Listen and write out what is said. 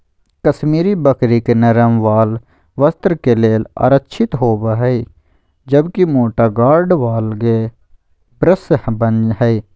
कश्मीरी बकरी के नरम वाल वस्त्र के लेल आरक्षित होव हई, जबकि मोटा गार्ड वाल के ब्रश बन हय